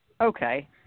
okay